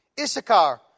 Issachar